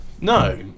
no